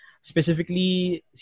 Specifically